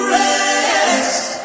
rest